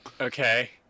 Okay